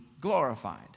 glorified